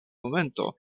momento